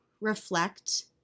reflect